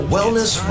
Wellness